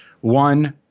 one